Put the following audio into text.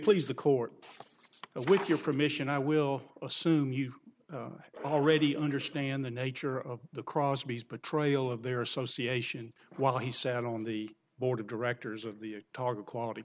please the court and with your permission i will assume you already understand the nature of the crosby's betrayal of their association while he sat on the board of directors of the target quality